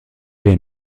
wir